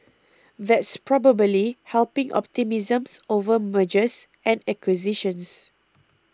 that's probably helping optimisms over mergers and acquisitions